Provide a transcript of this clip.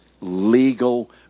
legal